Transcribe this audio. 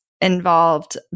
involved